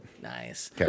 Nice